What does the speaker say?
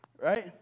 right